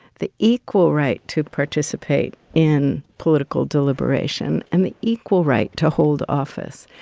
the equal right to participate in political deliberation, and the equal right to hold office.